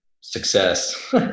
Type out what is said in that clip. success